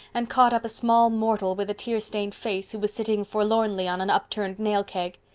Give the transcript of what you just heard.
and caught up a small mortal with a tearstained face who was sitting forlornly on an upturned nail keg.